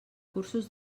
cursos